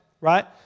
right